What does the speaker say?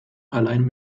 allein